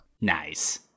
Nice